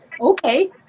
okay